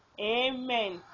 amen